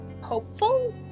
hopeful